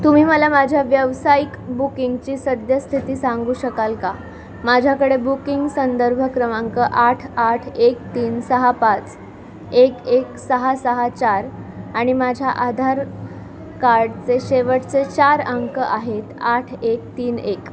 तुम्ही मला माझ्या व्यावसायिक बूकिंगची सद्यस्थिती सांगू शकाल का माझ्याकडे बूकिंग संदर्भ क्रमांक आठ आठ एक तीन सहा पाच एक एक सहा सहा चार आणि माझ्या आधार कार्डचे शेवटचे चार अंक आहेत आठ एक तीन एक